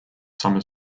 summer